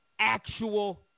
actual